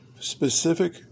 specific